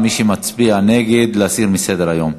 מי שמצביע נגד, להסיר מסדר-היום.